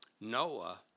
Noah